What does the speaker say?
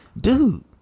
dude